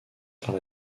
par